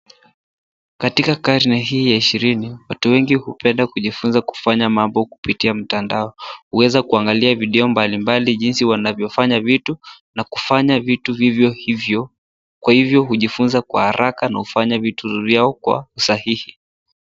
Katika karne hii ya ishirini, watu wengi hupenda kujifunza kufanya mambo kupitia mtandao . Huweza kuangalia video mbalimbali jinsi wanavyofanya vitu na kufanya vitu vivyo hivyo kwa hivo hujifunza kwa haraka na hufanya vitu vyao kwa usahihi.